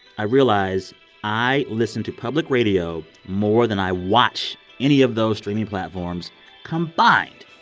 i realize i listen to public radio more than i watch any of those streaming platforms combined.